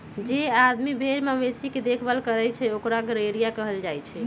जे आदमी भेर मवेशी के देखभाल करई छई ओकरा गरेड़िया कहल जाई छई